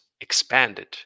expanded